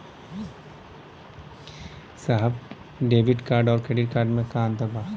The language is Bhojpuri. साहब डेबिट कार्ड और क्रेडिट कार्ड में का अंतर बा?